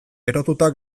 erotuta